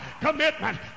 commitment